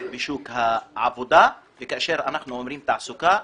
בשוק העבודה וכאשר אנחנו אומרים תעסוקה,